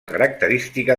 característica